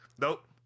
Nope